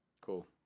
Cool